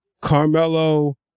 Carmelo